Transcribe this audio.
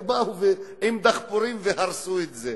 ובאו עם דחפורים והרסו את זה.